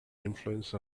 influence